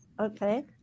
Okay